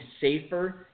safer